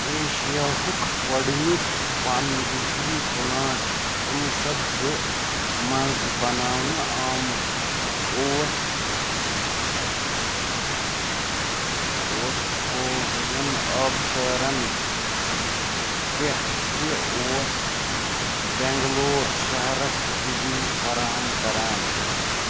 ایشیاہُک گۄڈنیُک پن بِجلی پُلانٛٹ کُنوُہ شَتھ زٕ منٛز بناونہٕ آمُت اوس اوس کھوورٮ۪ن آبشارن پٮ۪ٹھ تہِ اوس بنگلور شہرس بِجلی فراہم کَران